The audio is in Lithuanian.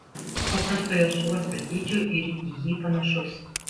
paprastojo suopio dydžio ir į jį panašus